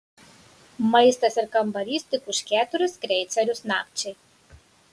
maistas ir kambarys tik už keturis kreicerius nakčiai